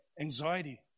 anxiety